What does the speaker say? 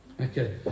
Okay